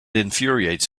infuriates